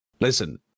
Listen